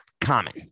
common